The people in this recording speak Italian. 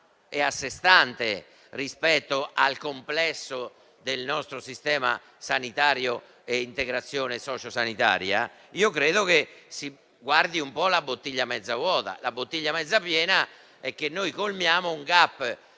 e a sé stante rispetto al complesso del nostro sistema sanitario e dell'integrazione sociosanitaria, credo che si guardi la bottiglia mezza vuota. La bottiglia è invece mezza piena perché colmiamo un *gap*